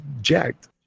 jacked